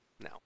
No